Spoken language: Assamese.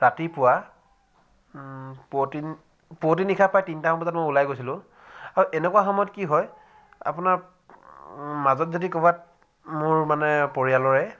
ৰাতিপুৱা পুৱতি পুৱতি নিশা প্ৰায় তিনটামান বজাত মই ওলাই গৈছিলোঁ আৰু এনকা সময়ত কি হয় আপোনাৰ মাজত যদি ক'ৰবাত মোৰ মানে পৰিয়ালৰে